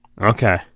Okay